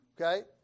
Okay